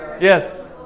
Yes